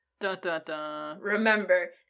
remember